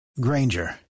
Granger